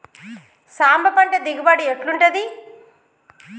సాంబ పంట దిగుబడి ఎట్లుంటది?